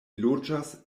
loĝas